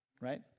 right